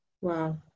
Wow